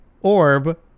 orb